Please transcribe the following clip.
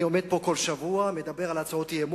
אני עומד כאן כל שבוע, מדבר על הצעות אי-אמון,